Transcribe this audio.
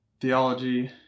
theology